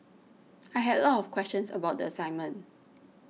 I had a lot of questions about the assignment